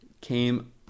came